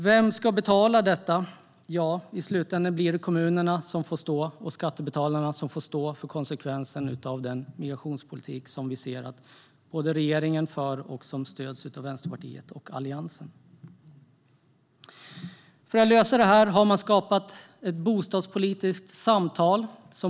Vem ska betala detta? I slutändan blir det kommunerna och skattebetalarna som får stå för konsekvenserna av den migrationspolitik som regeringen för och som stöds av Vänsterpartiet och Alliansen. För att lösa detta har man påbörjat bostadspolitiska samtal.